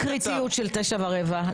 למה הקריטיות של תשע ורבע?